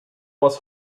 was